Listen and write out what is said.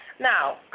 Now